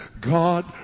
God